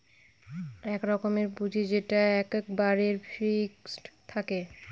এক রকমের পুঁজি যেটা এক্কেবারে ফিক্সড থাকে